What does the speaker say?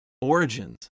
origins